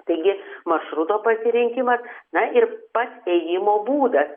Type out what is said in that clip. taigi maršruto pasirinkimas na ir pats ėjimo būdas